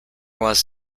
was